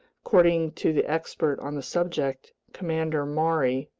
according to the expert on the subject, commander maury,